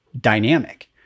dynamic